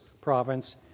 province